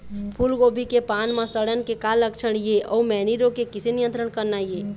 फूलगोभी के पान म सड़न के का लक्षण ये अऊ मैनी रोग के किसे नियंत्रण करना ये?